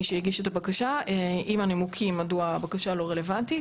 מי שהגיש את הבקשה עם הנימוקים מדוע הבקשה לא רלוונטית